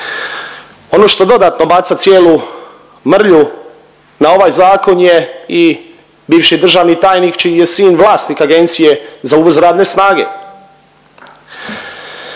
Ono što dodatno baca cijelu mrlju na ovaj zakon je i bivši državni tajnik, čiji je sin vlasnik agencije za uvoz radne snage.